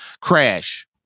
crash